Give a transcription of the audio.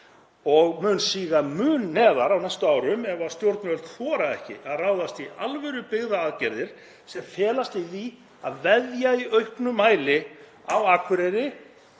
og mun síga mun neðar á næstu árum ef stjórnvöld þora ekki að ráðast í alvörubyggðaaðgerðir sem felast í því að veðja í auknum mæli á Akureyri